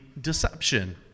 deception